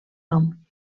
nom